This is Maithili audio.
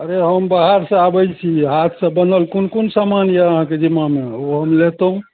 अरे हम बाहरसँ आबय छी हाथसँ बनल कोन कोन सामान यऽ अहाँके जिमामे ओ हम लेतौ